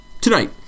tonight